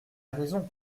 raison